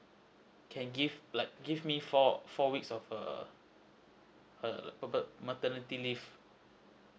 can give like give me four four weeks of her her bir~ maternity leave